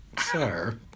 sir